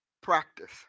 practice